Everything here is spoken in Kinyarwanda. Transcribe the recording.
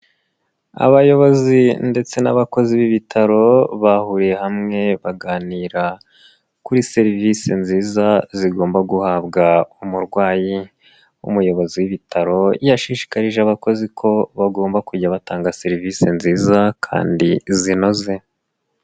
Abayobozi ndetse n'abakozi b'ibitaro bahuriye hamwe baganira kuri serivise nziza zigomba guhabwa umurwayi. Umuyobozi w'ibitaro yashishikarije abakozi ko bagomba kujya batanga serivise nziza kandi zinoze.